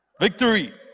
Victory